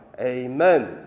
Amen